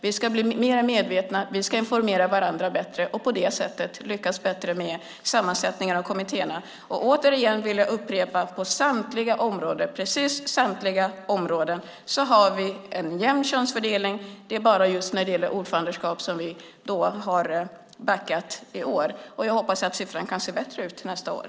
Vi ska bli mer medvetna och informera varandra bättre och på det sättet lyckas bättre med sammansättningen av kommittéerna. Jag vill upprepa att på precis samtliga områden har vi en jämn könsfördelning. Det är bara när det gäller ordförandeskap som vi har backat i år. Jag hoppas att siffran kan se bättre ut nästa år.